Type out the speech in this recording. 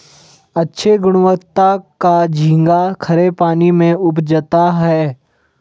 अच्छे गुणवत्ता का झींगा खरे पानी में उपजता है